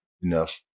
enough